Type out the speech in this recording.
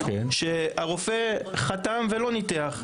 שהרופא חתם ולא ניתח.